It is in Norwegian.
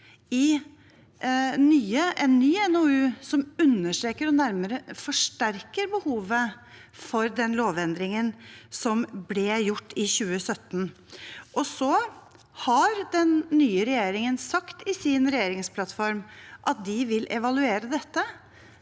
og nærmere forsterker behovet for den lovendringen som ble gjort i 2017. Så har den nye regjeringen sagt i sin regjeringsplattform at de vil evaluere dette.